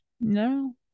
no